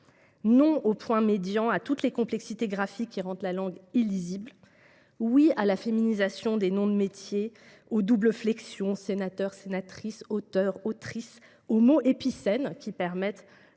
non au point médian, à toutes les complexités graphiques qui rendent la langue illisible. Oui à la féminisation des noms de métiers, aux doubles flexions – sénateur, sénatrice ; auteur, autrice –, aux mots épicènes, qui permettent